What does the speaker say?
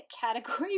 category